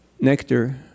nectar